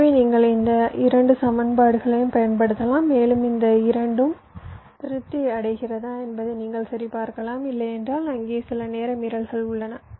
எனவே நீங்கள் இந்த 2 சமன்பாடுகளையும் பயன்படுத்தலாம் மேலும் இந்த 2 திருப்தி அடைகிறதா என்பதை நீங்கள் சரிபார்க்கலாம் இல்லையென்றால் அங்கே சில நேர மீறல்கள் உள்ளன